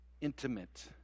intimate